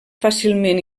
fàcilment